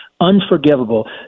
unforgivable